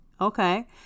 okay